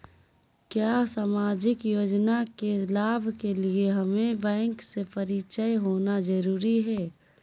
क्या सामाजिक योजना के लाभ के लिए हमें बैंक से परिचय होना जरूरी है?